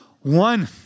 one